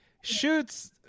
shoots